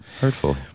Hurtful